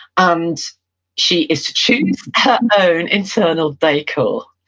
and she is to choose her own internal decor,